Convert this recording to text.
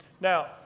now